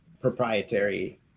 proprietary